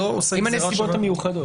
עם הנסיבות המיוחדות.